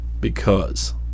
Because